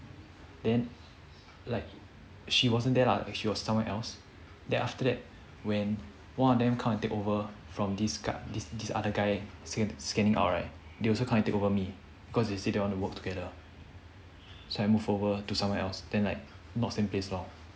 then like she wasn't there lah she was somewhere else then after that when one of them come and take over from this guy this other guy sca~ scanning out right they also come and take over me cause they say they wanna work together so I move over to somewhere else then like not same place lor